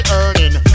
earning